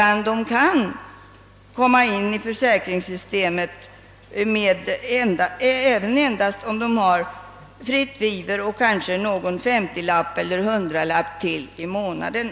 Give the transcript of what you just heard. De kan komma in i försäkringssystemet, även om de endast har fritt vivre och kanske någon femtiolapp eller hundralapp kontant i månaden.